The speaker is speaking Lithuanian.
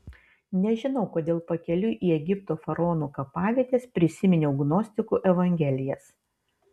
nežinau kodėl pakeliui į egipto faraonų kapavietes prisiminiau gnostikų evangelijas